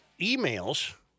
Emails